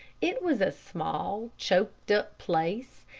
it was a small, choked-up place,